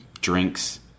drinks